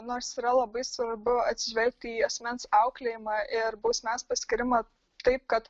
nors yra labai svarbu atsižvelgti į asmens auklėjimą ir bausmės paskyrimą taip kad